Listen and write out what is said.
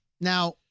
Now